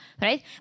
right